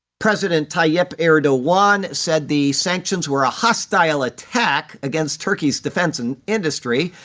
president tayyip erdogan said the sanctions were a hostile attack against turkey's defence and industry,